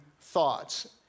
thoughts